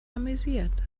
amüsiert